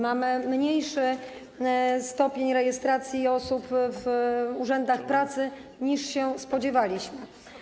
Mamy mniejszy stopień rejestracji osób w urzędach pracy, niż się spodziewaliśmy.